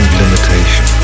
limitation